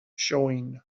showing